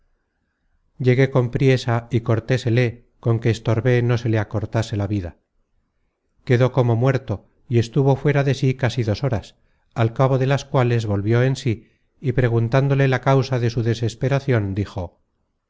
llegué con priesa y cortésele con que estorbé no se le acortase la vida quedó como muerto y estuvo fuera de sí casi dos horas al cabo de las cuales volvió en sí y preguntándole la causa de su desesperacion dijo